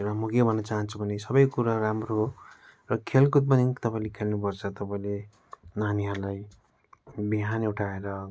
र म के भनु चाहन्छु भने सबै कुरो राम्रो र खेलकुद पनि तपाईँले खेल्नु पर्छ तपाईँले नानीहरूलाई बिहानै उठाएर